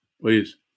please